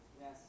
Yes